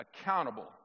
accountable